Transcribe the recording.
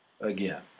again